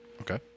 Okay